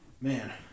Man